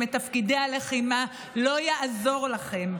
מתפקידי הלחימה: לא יעזור לכם.